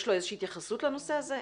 יש איזו שהיא התייחסות לנושא הזה,